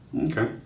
okay